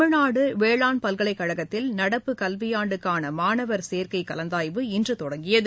தமிழ்நாடுவேளாண் பல்கலைக்கழகத்தில் நடப்பு கல்வியாண்டுக்கானமாணவர் சேர்க்கைகலந்தாய்வு இன்றதொடங்கியது